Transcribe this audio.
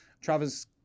Travis